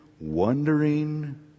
wondering